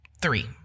three